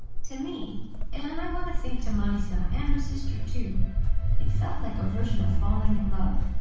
to me and i want to think to manisha and her sister, too it felt like a version of falling in love.